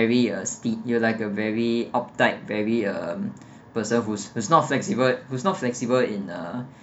very uh you're like a very uptight very uh person who's not flexible who's not flexible in uh